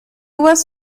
was